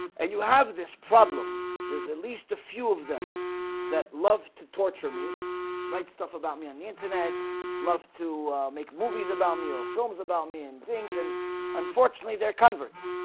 and you have this problem there's at least a few of them that love to torture me right stuff about me on the internet love to make movies about me or films about me and things and unfortunately their converts